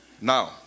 Now